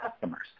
customers